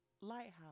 Lighthouse